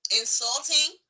insulting